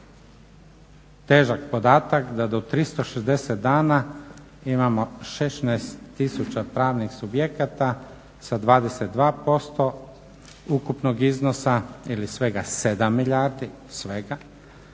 težak podatak da do 360 dana imamo 16 tisuća pravnih subjekata sa 22% ukupnog iznosa ili svega 7 milijardi, a